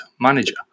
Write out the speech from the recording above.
manager